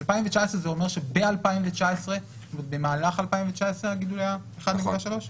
זה אומר שב-2019 ובמהלך 2019 הגידול היה 1.3 מיליארד?